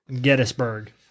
Gettysburg